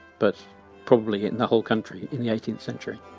but probably in the whole country in the eighteenth century